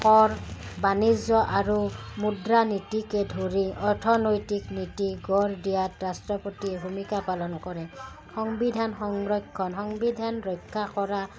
কৰ বাণিজ্য আৰু মুদ্ৰানীতিকে ধৰি অৰ্থনৈতিক নীতি গঢ় দিয়াত ৰাষ্ট্ৰপতিক ভূমিকা পালন কৰে সংবিধান সংৰক্ষণ সংবিধান ৰক্ষা কৰা